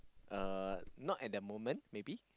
uh not at the moment maybe